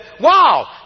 wow